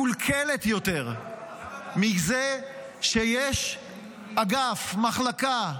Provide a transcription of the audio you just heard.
מקולקלת יותר מזה שיש אגף, מחלקה,